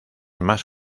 más